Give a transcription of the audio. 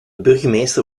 burgemeester